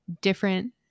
different